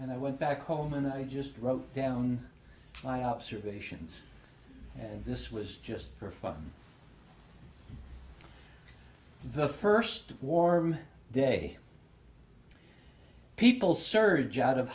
and i went back home and i just wrote down my observations and this was just for fun the first warm day people surge out of